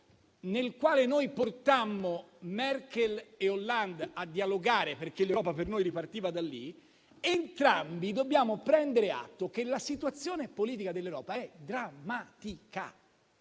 nel quale noi portammo Merkel e Hollande a dialogare, perché l'Europa per noi ripartiva da lì), entrambi dobbiamo prendere atto che la situazione politica dell'Europa è drammatica.